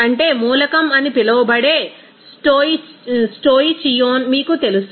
అంటే మూలకం అని పిలువబడే స్టోయిచియోన్ మీకు తెలుసు